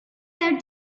had